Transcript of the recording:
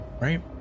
right